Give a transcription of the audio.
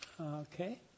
Okay